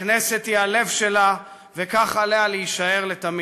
הכנסת היא הלב שלה, וכך עליה להישאר לתמיד.